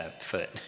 foot